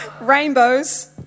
rainbows